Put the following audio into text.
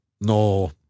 No